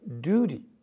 duty